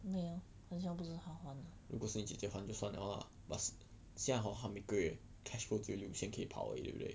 如果是你姐姐还就算了 lah but 现在 hor 他每个月 cash flow 只有六千可以跑而已对不对